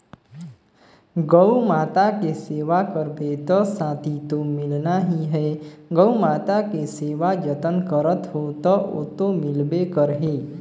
गउ माता के सेवा करबे त सांति तो मिलना ही है, गउ माता के सेवा जतन करत हो त ओतो मिलबे करही